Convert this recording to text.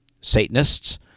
Satanists